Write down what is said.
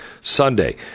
Sunday